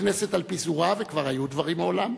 הכנסת על פיזורה, וכבר היו דברים מעולם,